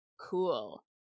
cool